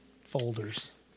folders